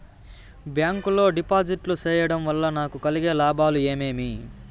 Bank లో డిపాజిట్లు సేయడం వల్ల నాకు కలిగే లాభాలు ఏమేమి?